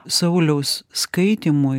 sauliaus skaitymui